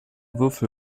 würfel